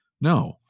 no